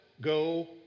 go